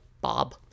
Bob